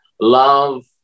love